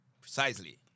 Precisely